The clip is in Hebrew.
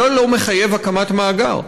זה לא מחייב הקמת מאגר.